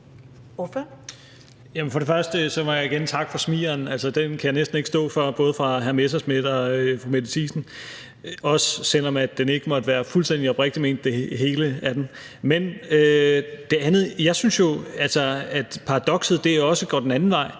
For det første må jeg igen takke for smigeren. Altså, den kan jeg næsten ikke stå for, både fra hr. Morten Messerschmidt og fru Mette Thiesen, også selv om alt i den ikke måtte være fuldstændig oprigtigt ment. Men i forhold til det andet synes jeg jo altså også, at paradokset går den anden vej.